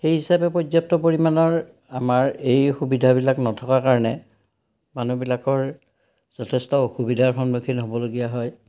সেই হিচাপে পৰ্যাপ্ত পৰিমাণৰ আমাৰ এই সুবিধাবিলাক নথকাৰ কাৰণে মানুহবিলাকৰ যথেষ্ট অসুবিধাৰ সন্মুখীন হ'বলগীয়া হয়